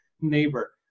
neighbor